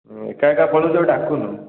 ଏକା ଏକା ପଳାଉଛୁ ଆଉ ଡାକୁନୁ